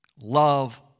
Love